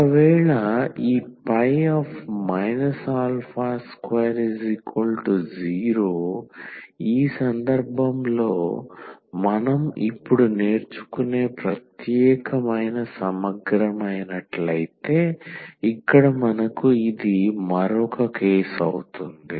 ఒకవేళ ఈ 20 ఈ సందర్భంలో మనం ఇప్పుడు నేర్చుకునే ప్రత్యేకమైన సమగ్రమైనట్లయితే ఇక్కడ మనకు ఇది మరొక కేసు అవుతుంది